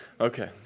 okay